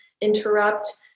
interrupt